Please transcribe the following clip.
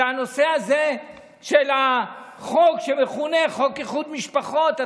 הנושא הזה של החוק שמכונה חוק איחוד משפחות,